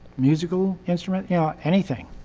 musical instrument. you know, anything.